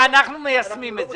ואנחנו מיישמים את זה.